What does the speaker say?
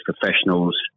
professionals